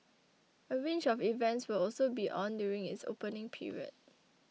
a range of events will also be on during its opening period